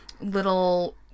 little